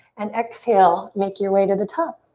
and exhale, make your way to the top.